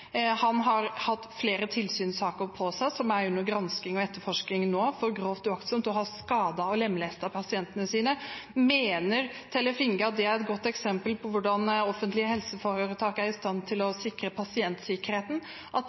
Han har hatt flere tilsynssaker mot seg og er nå under gransking og etterforskning for grovt uaktsomt å ha skadet og lemlestet pasientene sine. Mener Tellef Inge Mørland at det er et godt eksempel på hvordan offentlige helseforetak er i stand til å sikre pasientsikkerheten – at